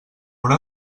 una